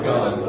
God